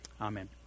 Amen